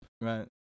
Right